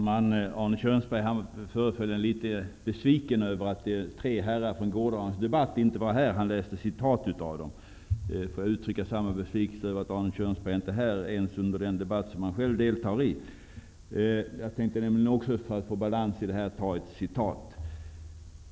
Herr talman! Arne Kjörnsberg föreföll litet besviken över att tre herrar från gårdagens debatt inte var här. Han läste upp citat av deras uttalanden. Jag får uttrycka samma besvikelse över att Arne Kjörnsberg inte är här ens under den debatt som han själv deltar i. Jag tänkte nämligen också, för att uppnå balans, läsa upp ett citat.